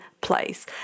place